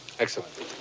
Excellent